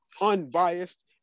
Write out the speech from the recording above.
unbiased